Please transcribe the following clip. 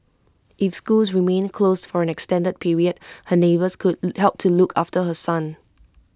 if schools remain closed for an extended period her neighbour could help to look after her son